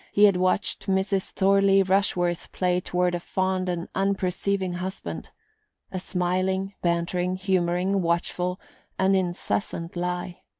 he had watched mrs. thorley rushworth play toward a fond and unperceiving husband a smiling, bantering, humouring, watchful and incessant lie.